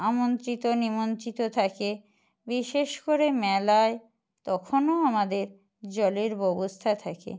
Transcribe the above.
আমন্ত্রিত নিমন্ত্রিত থাকে বিশেষ করে মেলায় তখনও আমাদের জলের ব্যবস্থা থাকে